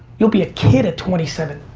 you'll be a kid at twenty seven.